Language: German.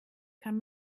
kann